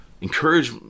encourage